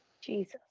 Jesus